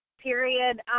period